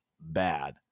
bad